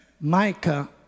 Micah